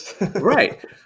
Right